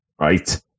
right